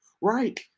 right